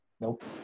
Nope